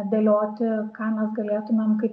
dėlioti ką mes galėtumėm kai